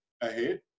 ahead